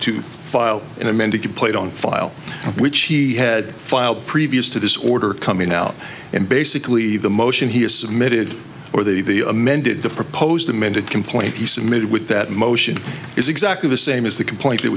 to file an amended complaint on file which he had filed previous to this order coming out and basically the motion he has submitted or the amended the proposed amended complaint he submitted with that motion is exactly the same as the complaint that